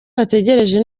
bategereje